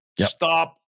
Stop